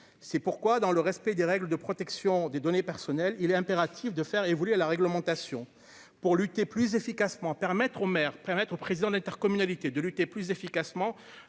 c'est pourquoi, dans le respect des règles de protection des données personnelles, il est impératif de faire évoluer à la réglementation pour lutter plus efficacement, permettre aux maire prêtre présidents d'intercommunalité de lutter plus efficacement